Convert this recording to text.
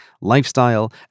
lifestyle